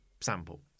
sample